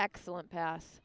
excellent pass